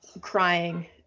crying